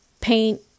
paint